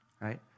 right